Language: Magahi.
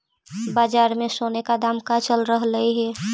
बाजार में सोने का दाम का चल रहलइ हे